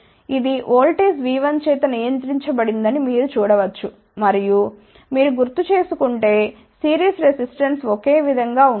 ఇది వోల్టేజ్ V1చేత నియంత్రించబడుతుందని మీరు చూడ వచ్చు మరియు మీరు గుర్తుచేసుకుంటే సిరీస్ రెసిస్టెన్స్ ఒకే విధంగా ఉండాలి